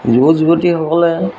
যুৱক যুৱতীসকলে